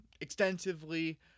extensively